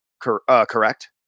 Correct